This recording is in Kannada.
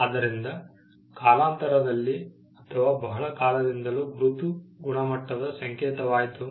ಆದ್ದರಿಂದ ಕಾಲಾಂತರದಲ್ಲಿ ಅಥವಾ ಬಹಳ ಕಾಲದಿಂದಲೂ ಗುರುತು ಗುಣಮಟ್ಟದ ಸಂಕೇತವಾಯಿತು